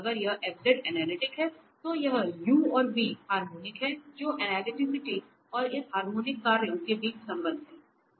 अगर यह f analytic हैं तो यह u और v हार्मोनिक हैं जो एनालिटिसिटी और इस हार्मोनिक कार्यों के बीच संबंध है